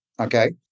okay